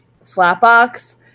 Slapbox